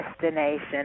destination